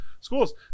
schools